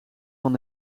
van